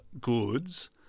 goods